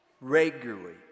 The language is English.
regularly